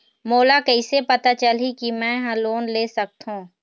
मोला कइसे पता चलही कि मैं ह लोन ले सकथों?